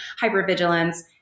hypervigilance